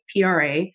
PRA